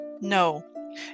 No